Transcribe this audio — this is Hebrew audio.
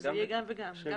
שזה יהיה גם וגם.